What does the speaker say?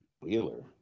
Wheeler